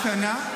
השנה,